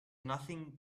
nothing